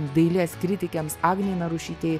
dailės kritikėms agnei narušytei